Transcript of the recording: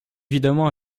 évidemment